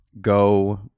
go